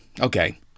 okay